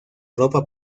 ropa